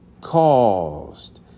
caused